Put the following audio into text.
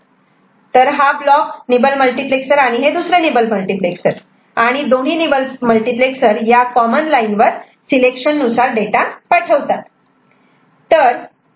तर हा एक ब्लॉक निबल मल्टिप्लेक्सर आणि हे दुसरे निबल मल्टिप्लेक्सर आणि दोन्ही निबल मल्टिप्लेक्सर या कॉमन लाईन वर सिलेक्शन नुसार डाटा पाठवतात